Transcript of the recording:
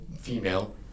female